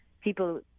people